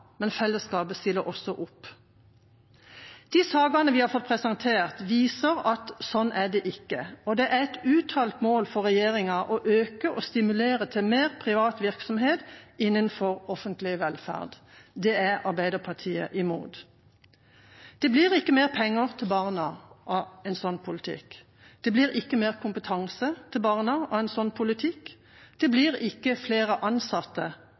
men fellesskapet stiller også opp. De sakene vi har fått presentert, viser at slik er det ikke, og det er et uttalt mål for regjeringa å øke og stimulere til mer privat virksomhet innenfor offentlig velferd. Det er Arbeiderpartiet imot. Det blir ikke mer penger til barna av en slik politikk. Det blir ikke mer kompetanse til barna av en slik politikk. Det blir ikke flere ansatte